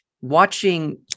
watching